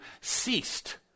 ceased